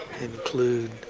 include